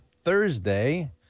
Thursday